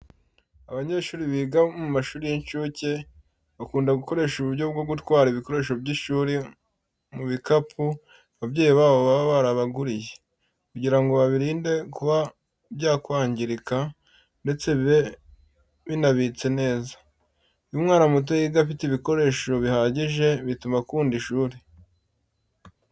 Abanyeshuri biga mu mashuri y'incuke, bakunda gukoresha uburyo bwo gutwara ibikoresho by'ishuri mu bikapu ababyeyi babo baba barabaguriye, kugira ngo babirinde kuba byakwangirika ndetse bibe binabitse neza. Iyo umwana muto yiga afite ibikoresho bihagije, bituma akunda ishuri.